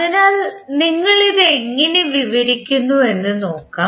അതിനാൽ നിങ്ങൾ ഇത് എങ്ങനെ വിവരിക്കുന്നുവെന്ന് നോക്കാം